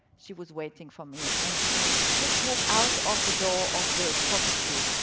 she was waiting for me, and she just walked out of the door of the property.